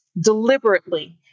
deliberately